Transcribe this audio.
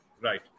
Right